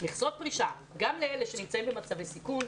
מכסות פרישה גם לאלה שנמצאים בצבי סיכון,